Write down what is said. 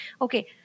Okay